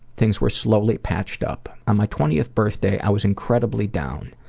things we're slowly patched up. on my twentieth birthday, i was incredibly down.